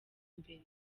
mbere